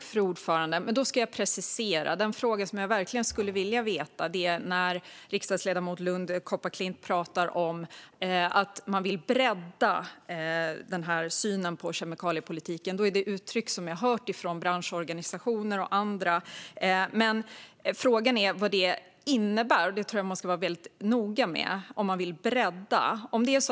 Fru talman! Låt mig precisera mig. Vad jag verkligen skulle vilja veta är vad riksdagsledamoten Marléne Lund Kopparklint menar när hon talar om att man vill bredda synen på kemikaliepolitiken. Det är uttryck som jag hört från branschorganisationer och andra. Frågan är vad det innebär. Jag tror att man måste vara väldigt noga med vad man menar när man vill bredda det här.